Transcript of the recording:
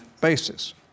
basis